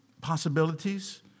possibilities